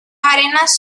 arenas